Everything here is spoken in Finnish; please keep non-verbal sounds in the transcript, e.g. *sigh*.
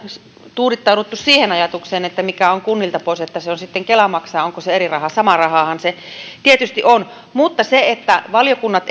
tuudittauduttu siihen ajatukseen että mikä on kunnilta pois sen sitten kela maksaa ja onko se eri rahaa samaa rahaahan se tietysti on mutta se että valiokunnat *unintelligible*